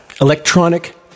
Electronic